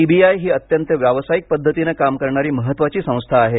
CBI ही अत्यंत व्यावसायिक पद्धतीनं काम करणारी महत्त्वाची संस्था आहे